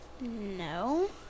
No